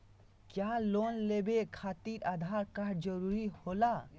क्या लोन लेवे खातिर आधार कार्ड जरूरी होला?